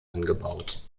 angebaut